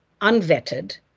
unvetted